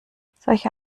solche